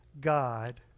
God